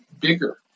bigger